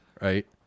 right